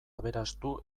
aberastu